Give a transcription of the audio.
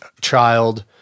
child